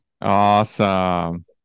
Awesome